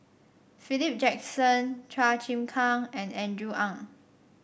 Philip Jackson Chua Chim Kang and Andrew Ang